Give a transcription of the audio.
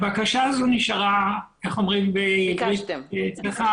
הבקשה הזו נשארה, איך אומרים בעברית צחה?